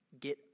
get